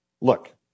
look